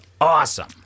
awesome